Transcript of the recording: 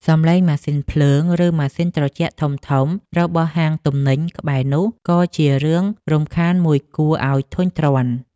សំឡេងម៉ាស៊ីនភ្លើង ឬម៉ាស៊ីនត្រជាក់ធំៗរបស់ហាងទំនិញក្បែរនោះក៏ជារឿងរំខានមួយគួរឱ្យធុញទ្រាន់។